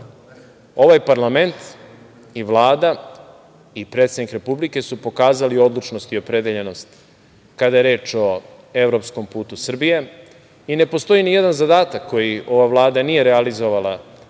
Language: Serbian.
Ovaj parlament i Vlada i predsednik Republike su pokazali odlučnost i opredeljenost kada je reč o evropskom putu Srbije i ne postoji nijedan zadatak koji ova vlada nije realizovala